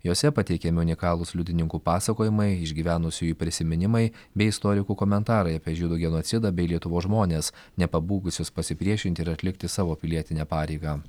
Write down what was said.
jose pateikiami unikalūs liudininkų pasakojimai išgyvenusiųjų prisiminimai bei istorikų komentarai apie žydų genocidą bei lietuvos žmones nepabūgusius pasipriešinti ir atlikti savo pilietinę pareigą